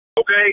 Okay